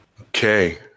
Okay